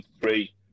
three